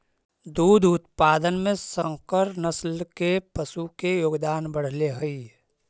दुग्ध उत्पादन में संकर नस्ल के पशु के योगदान बढ़ले हइ